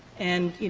and, you